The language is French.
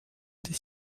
des